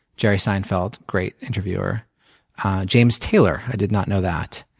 jerry seinfeld great interviewer james taylor i did not know that